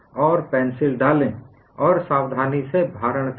और पेंसिल डालें और सावधानी से भारण करें